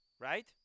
right